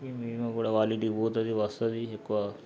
ఇకా ఈమె కూడా వాళ్ళింటికి పోతుంది వస్తుంది ఎక్కువ